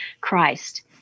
Christ